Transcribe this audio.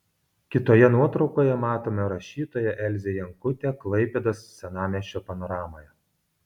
kitoje nuotraukoje matome rašytoją elzę jankutę klaipėdos senamiesčio panoramoje